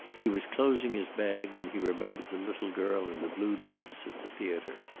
he was closing his bag when he remembered the little girl in the blue dress, at the theater.